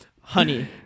Honey